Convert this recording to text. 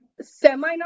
semi